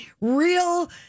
real